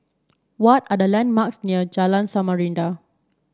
what are the landmarks near Jalan Samarinda